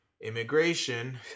immigration